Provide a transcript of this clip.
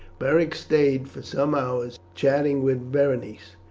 beric stayed for some hours chatting with berenice,